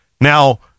Now